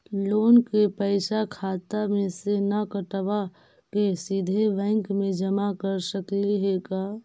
Loan के पैसा खाता मे से न कटवा के सिधे बैंक में जमा कर सकली हे का?